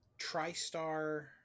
Tristar